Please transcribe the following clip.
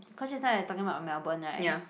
cause just now you're talking about Melbourne right